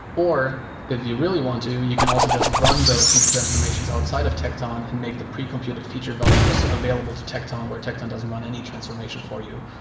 or if you really want to, you can also just run those feature transformations outside of tecton and make the pre computed feature values available to tecton where tecton does and run any transformation for you.